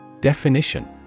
Definition